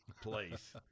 place